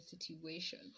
situation